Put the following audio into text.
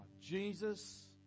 Jesus